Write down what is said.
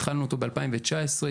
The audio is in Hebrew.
התחלנו את התהליך ב-2019,